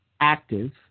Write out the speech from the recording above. active